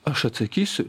aš atsakysiu